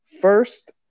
first